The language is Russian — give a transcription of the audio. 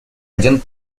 один